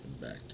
Back